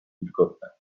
wilgotne